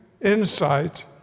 insight